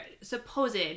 Supposed